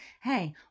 hey